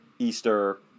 Easter